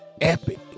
epic